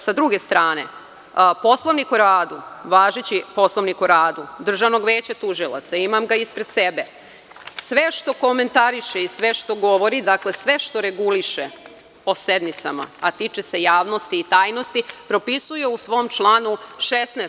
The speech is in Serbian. Sa druge strane, Poslovnik o radu, važeći Poslovnik o radu Državnog veća tužilaca, imam ga ispred sebe, sve što komentariše i sve što govori, dakle, sve što reguliše o sednicama, a tiče se javnosti i tajnosti propisuje u svom članu 16.